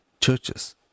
churches